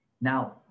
Now